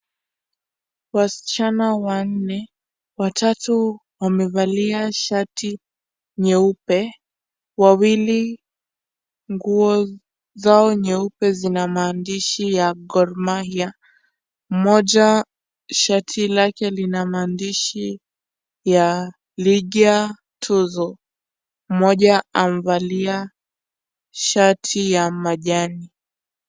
Wasichana wanne watatu wamevalia shati nyeupe wawili nguo zao nyeupe zina maandishi ya Gormahia mmoja shati lake lina maandishi ya Lydhia tuzo mmoja amevalia shati ya majani.